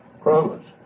promise